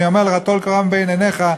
אני אומר לך טול קורה מבין עיניך",